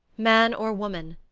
man or woman?